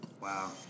Wow